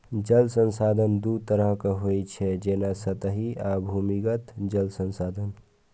जल संसाधन दू तरहक होइ छै, जेना सतही आ भूमिगत जल संसाधन